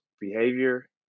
behavior